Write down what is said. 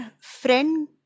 friend